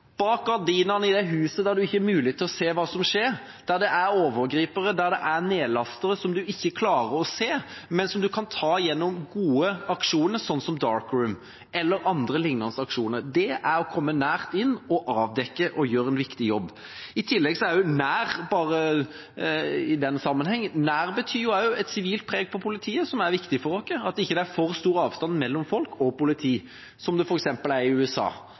overgripere, der det er nedlastere som man ikke klarer å se, men som man kan ta gjennom gode aksjoner, som «Dark Room», eller andre, lignende, aksjoner – der er det viktig å komme nært inn og avdekke og gjøre en viktig jobb. «Nær» innebærer jo også å ha et sivilt preg på politiet, noe som er viktig for oss – at det ikke er for stor avstand mellom folk og politi, som det er f.eks. i USA.